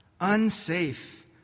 unsafe